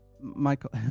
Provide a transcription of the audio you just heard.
Michael